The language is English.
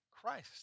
Christ